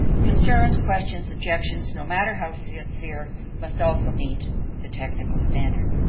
concerns, questions, objections, no matter how sincere must also meet the technical standard.